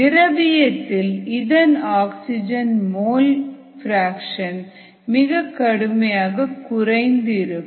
திரவியத்தில் இதன் oxygen mole fraction மிகக் கடுமையாக குறைந்து இருக்கும்